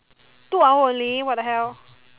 two hour only what the hell